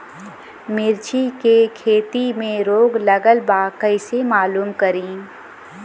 मिर्ची के खेती में रोग लगल बा कईसे मालूम करि?